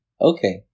Okay